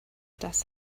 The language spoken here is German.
das